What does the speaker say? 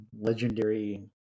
legendary